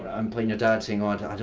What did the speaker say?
i'm playing your dad, saying,